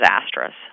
disastrous